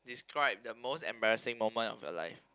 describe the most embarrassing moment of your life